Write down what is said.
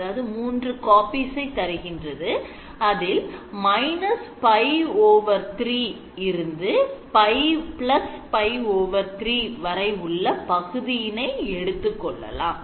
அதில் −π 3 π 3 உள்ள பகுதியினை எடுத்துக் கொள்ளலாம்